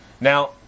Now